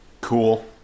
cool